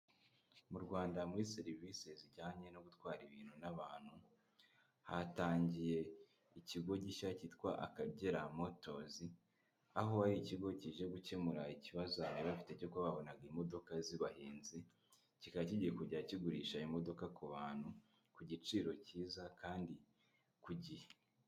Mu Rwanda muri serivisi zijyanye no gutwara ibintu n'abantu, hatangiye ikigo gishya cyitwa Akagera motozi, aho ari ikigo kije gukemura ikibazo abantu bari bafite cyo kuba babonaga imodoka zibahenze, kikaba kigiye kujya kigurisha imodoka ku bantu ku giciro cyiza kandi ku gihe.